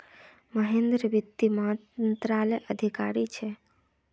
महेंद्र वित्त मंत्रालयत अधिकारी छे